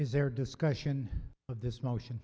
is there discussion of this motion